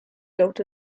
built